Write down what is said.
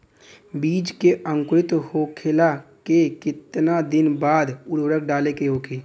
बिज के अंकुरित होखेला के कितना दिन बाद उर्वरक डाले के होखि?